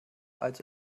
also